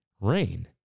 Rain